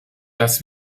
dass